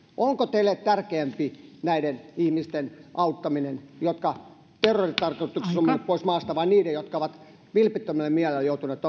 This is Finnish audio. onko teille tärkeämpää näiden ihmisten auttaminen jotka terroritarkoituksessa ovat menneet pois maasta vai niiden jotka ovat vilpittömällä mielellä joutuneet